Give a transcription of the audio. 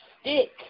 stick